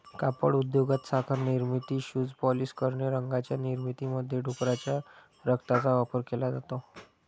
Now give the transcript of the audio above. कापड उद्योगात, साखर निर्मिती, शूज पॉलिश करणे, रंगांच्या निर्मितीमध्ये डुकराच्या रक्ताचा वापर केला जातो